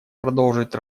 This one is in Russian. продолжить